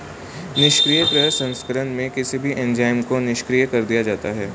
निष्क्रिय प्रसंस्करण में किसी भी एंजाइम को निष्क्रिय कर दिया जाता है